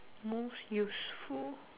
most useful